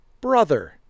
brother